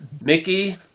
Mickey